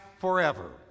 forever